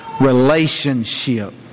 relationship